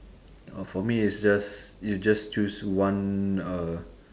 oh for me is just you just choose one uh